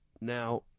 now